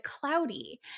cloudy